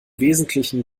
wesentlichen